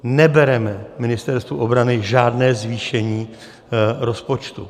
Nebereme Ministerstvu obrany žádné zvýšení rozpočtu.